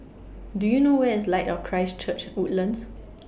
Do YOU know Where IS Light of Christ Church Woodlands